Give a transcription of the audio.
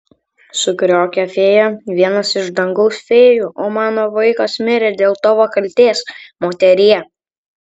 sukriokė fėja vienas iš dangaus fėjų o mano vaikas mirė dėl tavo kaltės moterie